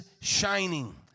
shining